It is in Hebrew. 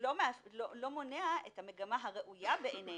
לא מונע את המגמה הראויה, בעינינו,